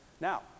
Now